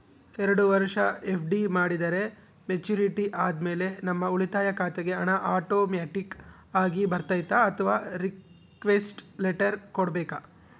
ಎರಡು ವರುಷ ಎಫ್.ಡಿ ಮಾಡಿದರೆ ಮೆಚ್ಯೂರಿಟಿ ಆದಮೇಲೆ ನಮ್ಮ ಉಳಿತಾಯ ಖಾತೆಗೆ ಹಣ ಆಟೋಮ್ಯಾಟಿಕ್ ಆಗಿ ಬರ್ತೈತಾ ಅಥವಾ ರಿಕ್ವೆಸ್ಟ್ ಲೆಟರ್ ಕೊಡಬೇಕಾ?